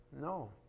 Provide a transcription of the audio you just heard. No